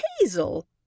Hazel